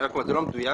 זה לא מדויק.